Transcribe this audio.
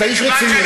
אתה איש רציני.